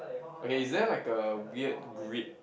okay is there like a weird grid